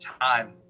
time